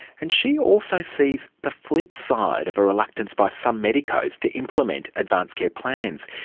and she also sees the flipside of a reluctance by some medicos to implement advance care plans.